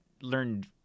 learned